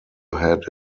had